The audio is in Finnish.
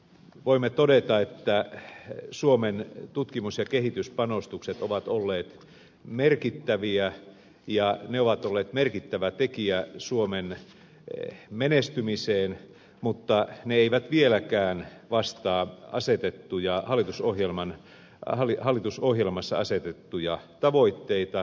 voimme todeta että suomen tutkimus ja kehityspanostukset ovat olleet merkittäviä ja ne ovat olleet merkittävä tekijä suomen menestymiseen mutta ne eivät vieläkään vastaa hallitusohjelmassa asetettuja tavoitteita